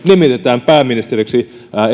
nimitetään pääministeriksi